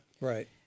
Right